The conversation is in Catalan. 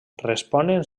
responen